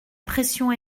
pression